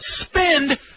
spend